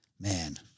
Man